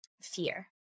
fear